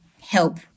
help